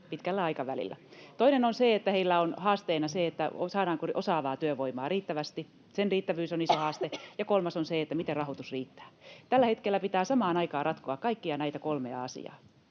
pitkällä aikavälillä. Toinen on se, että heillä on haasteena se, saadaanko osaavaa työvoimaa riittävästi. Sen riittävyys on iso haaste. Ja kolmas on se, miten rahoitus riittää. Tällä hetkellä pitää samaan aikaan ratkoa kaikkia näitä kolmea asiaa,